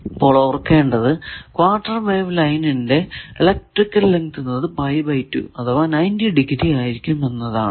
അപ്പോൾ ഓർക്കേണ്ടത് quarter wave ലൈനിന്റെ ഇലെക്ട്രിക്കൽ ലെങ്ത് എന്നത് അഥവാ 90 ഡിഗ്രി ആയിരിക്കും എന്നതാണ്